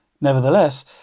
Nevertheless